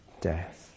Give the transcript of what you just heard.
death